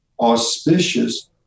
auspicious